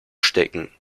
stecken